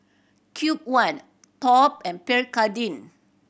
Cube One Top and Pierre Cardin